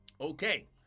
Okay